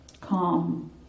calm